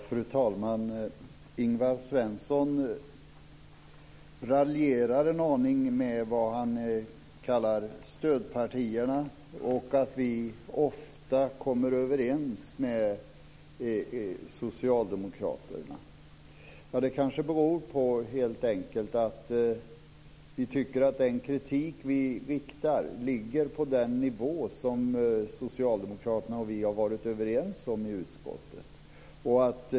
Fru talman! Ingvar Svensson raljerar en aning med det som han kallar stödpartierna. Han säger att vi ofta kommer överens med socialdemokraterna. Det kanske beror på att vi helt enkelt tycker att den kritik som vi riktar ligger på den nivå som socialdemokraterna och vi har varit överens om i utskottet.